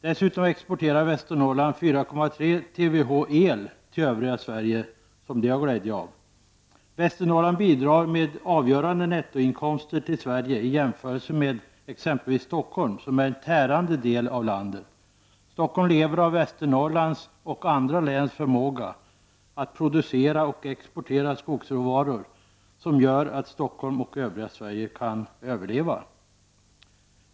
Dessutom exporterar Västernorrland 4,3 TWh el till övriga Sverige. Västernorrland bidrar med avgörande nettoinkomster till Sverige i jämförelse med exempelvis Stockholm, som är en tärande del av landet. Stockholm lever av Västernorrlands och andra läns förmåga att producera och exportera skogsråvaror som gör att Stockholm och övriga Sverige kan överleva.